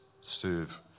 serve